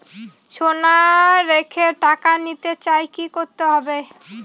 সোনা রেখে টাকা নিতে চাই কি করতে হবে?